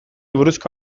buruzko